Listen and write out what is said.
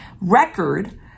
record